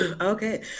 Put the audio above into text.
Okay